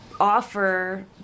offer